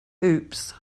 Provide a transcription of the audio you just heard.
hoops